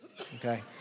Okay